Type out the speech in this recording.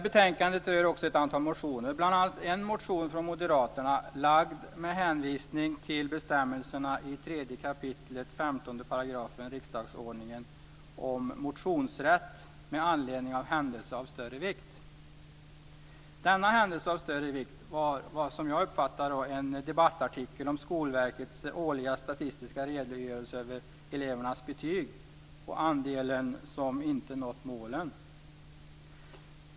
Betänkandet rör också ett antal motioner, bl.a. en motion från moderaterna, väckt med hänvisning till bestämmelserna i 3 kap. 15 § riksdagsordningen om motionsrätt med anledning av en händelse av större vikt. Denna händelse av större vikt var som jag uppfattade det en debattartikel om Skolverkets årliga statistiska redogörelse över elevernas betyg och andelen elever som inte nått målen.